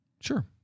Sure